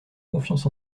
confiance